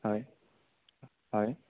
হয় হয়